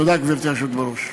תודה, גברתי היושבת בראש.